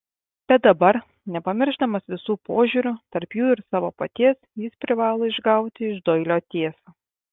bet dabar nepamiršdamas visų požiūrių tarp jų ir savo paties jis privalo išgauti iš doilio tiesą